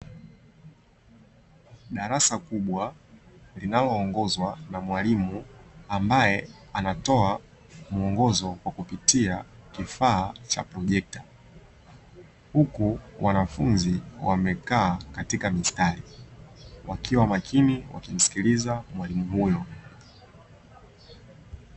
Darasa kubwa linaloongozwa na mwalimu ambaye anatoa muongozo kwa kupitia kifaa cha projekta. Huku wanafunzi wamekaa katika mistari, wakiwa makini, wakimsikiliza mwalimu huyo.